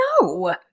No